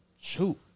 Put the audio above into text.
shoot